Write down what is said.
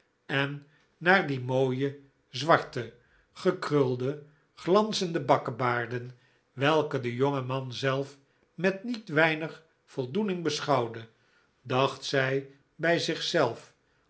en naar die mooie zwarte gekrulde glanzende bakkebaarden welke de jonge man zelf met niet weinig voldoening beschouwde dacht zij bij